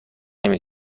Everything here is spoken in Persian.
نمی